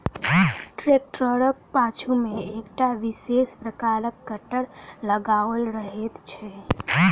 ट्रेक्टरक पाछू मे एकटा विशेष प्रकारक कटर लगाओल रहैत छै